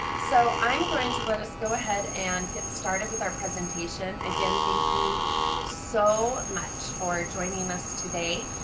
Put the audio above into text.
so i'm going to let us go ahead and get started with our presentation again. thank you so much for joining us today.